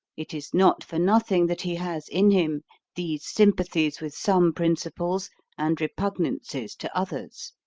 it is not for nothing that he has in him these sympathies with some principles and repugnances to others.